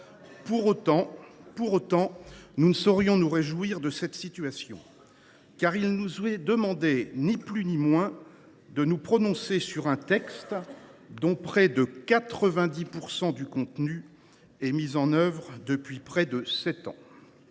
Pour autant, nous ne saurions nous réjouir de cette situation, car il nous est demandé – ni plus ni moins – de nous prononcer sur un texte dont près de 90 % du contenu est mis en œuvre depuis près de sept ans.